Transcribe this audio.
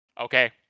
Okay